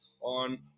on